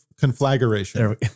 Conflagration